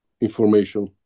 information